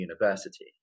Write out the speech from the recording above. university